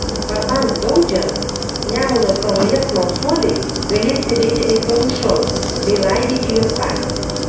varpams gaudžiant nemuno saloje smalsuoliai galės stebėti aitvarų šou bei laidyti juos patys